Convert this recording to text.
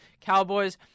Cowboys